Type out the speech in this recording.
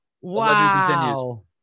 Wow